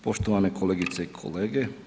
Poštovane kolegice i kolege.